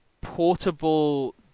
portable